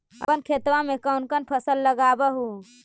अपन खेतबा मे कौन कौन फसल लगबा हू?